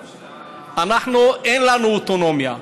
אנחנו, אין לנו אוטונומיה,